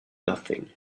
nothing